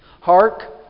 Hark